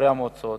וחברי המועצות